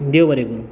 देव बरें करुं